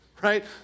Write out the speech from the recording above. Right